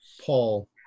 Paul